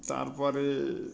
তার পরে